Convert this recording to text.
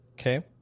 Okay